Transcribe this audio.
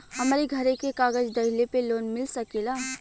हमरे घरे के कागज दहिले पे लोन मिल सकेला?